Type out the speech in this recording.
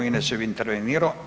Inače bi intervenirao.